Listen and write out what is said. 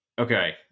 Okay